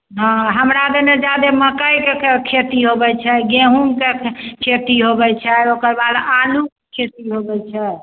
हँ हमरा भेलै एन्ने जादा मकइके खेती होइ छै गेहूँके खेती होइ छै ओकर बाद आलूके खेती होइ छै